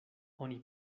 oni